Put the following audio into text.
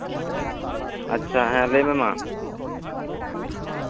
ᱟᱪᱪᱷᱟ ᱦᱮᱸ ᱞᱟᱹᱭᱢᱮ ᱢᱟ